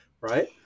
right